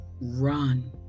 run